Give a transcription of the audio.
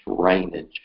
drainage